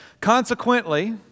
Consequently